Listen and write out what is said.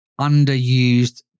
underused